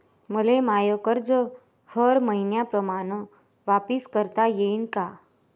मले माय कर्ज हर मईन्याप्रमाणं वापिस करता येईन का?